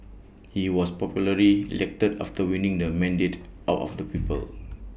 he was popularly elected after winning the mandate out of the people